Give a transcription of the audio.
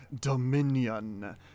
dominion